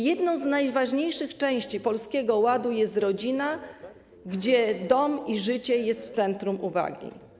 Jedną z najważniejszych części Polskiego Ładu jest rodzina, gdzie dom i życie są w centrum uwagi.